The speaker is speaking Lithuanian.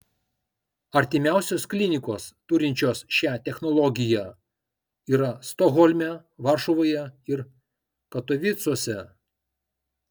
artimiausios klinikos turinčios šią technologiją yra stokholme varšuvoje ir katovicuose